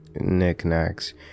knickknacks